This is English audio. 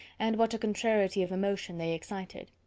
and what a contrariety of emotion they excited.